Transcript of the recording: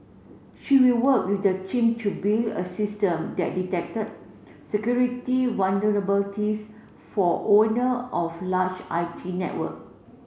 she will work with the team to build a system that detected security vulnerabilities for owner of large I T network